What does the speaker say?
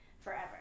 forever